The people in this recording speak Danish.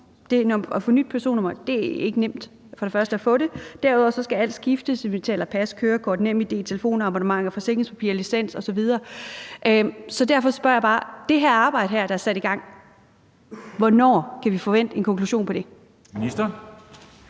at få et nyt personnummer er ikke nemt, altså for det første at få det. Derudover skal alt skiftes, og vi taler pas, kørekort, NemID, telefonabonnementer, forsikringspapirer, licens osv. Så derfor spørger jeg bare: Hvornår kan vi forvente en konklusion på det arbejde,